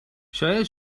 شاید